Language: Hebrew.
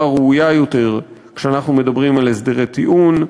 ראויה יותר כשאנחנו מדברים על הסדרי טיעון,